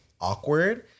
awkward